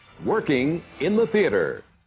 working in the theatre